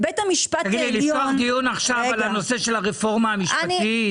תגידי לי, נפתח דיון עכשיו על הרפורמה המשפטית?